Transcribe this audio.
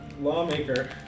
lawmaker